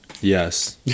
Yes